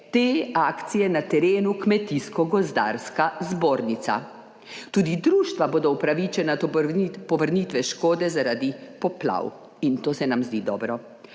te akcije na terenu Kmetijsko gozdarska zbornica. Tudi društva bodo upravičena do povrnitve škode zaradi poplav, in to se nam zdi dobro.